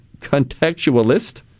contextualist